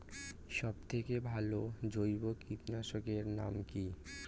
সব থেকে ভালো জৈব কীটনাশক এর নাম কি?